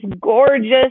gorgeous